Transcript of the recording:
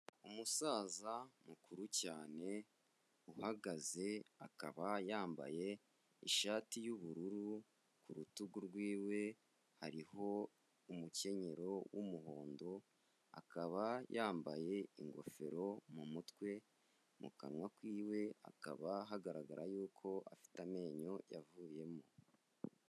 Umusaza mukuru cyane uhagaze, akaba yambaye ishati y'ubururu, ku rutugu rwiwe hariho umukenyero w'umuhondo, akaba yambaye ingofero mu mutwe, mu kanwa kiwe hakaba hagaragara y'uko afite amenyo yavuyemo.